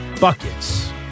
Buckets